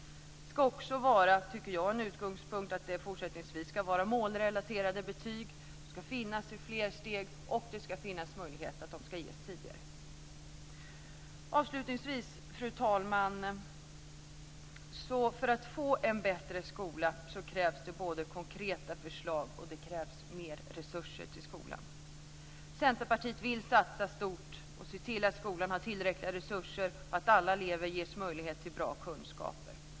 En utgångspunkt tycker jag också ska vara att det fortsättningsvis ska vara målrelaterade betyg, som ska finnas i fler steg. Och det ska finnas möjlighet att ge betyg tidigare. Avslutningsvis, fru talman, krävs det för att få en bättre skola både konkreta förslag och mer resurser till skolan. Centerpartiet vill satsa stort och se till att skolan har tillräckliga resurser och att alla elever ges möjlighet till bra kunskaper.